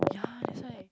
ya that's why